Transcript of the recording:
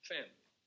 Family